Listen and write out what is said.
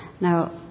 Now